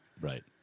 right